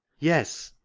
yes,